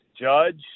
judge